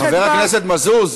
חבר הכנסת מזוז,